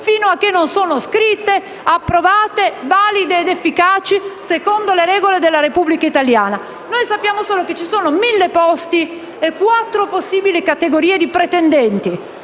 fino a che non sono scritte, approvate, valide ed efficaci secondo le regole della Repubblica italiana. Noi sappiamo solo che ci sono mille posti e quattro possibili categorie di pretendenti.